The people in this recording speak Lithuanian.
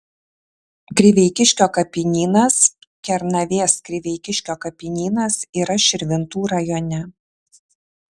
kriveikiškio kapinynas kernavės kriveikiškio kapinynas yra širvintų rajone